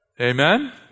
Amen